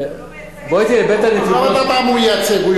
הוא לא מייצג את הציבור.